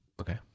Okay